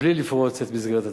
מבלי לפרוץ את מסגרת התקציב.